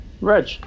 Reg